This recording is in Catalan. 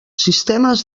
sistemes